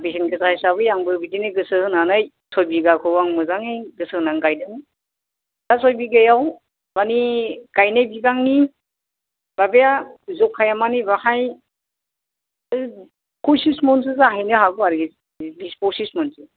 दा बेसेन गोसा हिसाबै आंबो बिदिनो गोसो होनानै सय बिगाखौ आं मोजाङै गोसो होनानै गायदों दा सय बिगायाव माने गायनाय बिबांनि माबाया जखाया माने बेवहाय फसिस मनसो जाहैनो हागौ आरो बिस फसिस मनसो